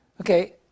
okay